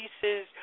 pieces